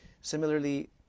Similarly